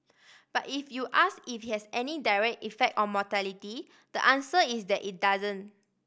but if you ask if has any direct effect on mortality the answer is that it doesn't